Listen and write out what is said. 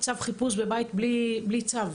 כמו צו חיפוש בבית בלי צו,